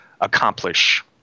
accomplish